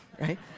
right